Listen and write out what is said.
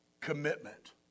commitment